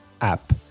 app